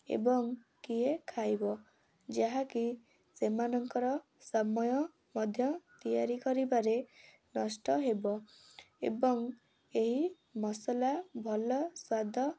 ଏବଂ କିଏ ଖାଇବ ଯାହାକି ସେମାନଙ୍କର ସମୟ ମଧ୍ୟ ତିଆରି କରିବାରେ ନଷ୍ଟ ହେବ ଏବଂ ଏହି ମସଲା ଭଲ ସ୍ଵାଦ